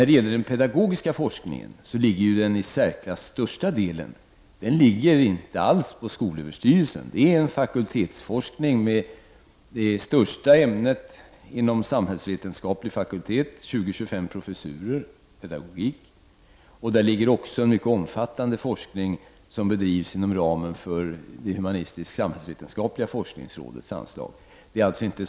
Den i särsklass största delen av den pedagogiska forskningen ligger inte alls hos skolöverstyrelsen. Det är en fakultetsforskning och inom samhällsvetenskapliga fakulteten är den pedagogiska forskningen det största ämnet, 20-25 professurer. Även den mycket omfattande forskning som bedrivs inom ramen för det humanistisk-samhällsvetenskapliga forskningsrådets anslag är en fakultetsforskning.